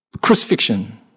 crucifixion